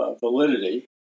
validity